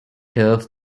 turf